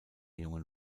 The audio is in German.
jungen